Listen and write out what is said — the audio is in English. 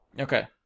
Okay